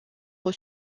aux